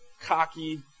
cocky